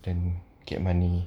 then get money